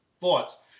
thoughts